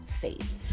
faith